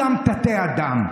תתי-אדם.